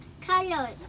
colors